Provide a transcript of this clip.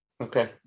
Okay